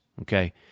okay